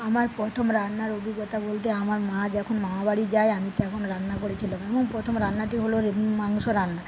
আমার প্রথম রান্নার অভিজ্ঞতা বলতে আমার মা যখন মামাবাড়ি যায় আমি তখন রান্না করেছিলাম আমার প্রথম রান্নাটি হল মাংস রান্না